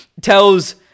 Tells